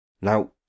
now